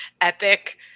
epic